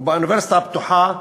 ובאוניברסיטה הפתוחה